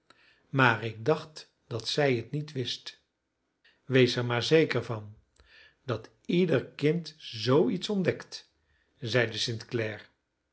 maar ik dacht dat zij het niet wist wees er maar zeker van dat ieder kind zoo iets ontdekt zeide st